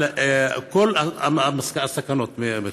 על כל הסכנות שבכך?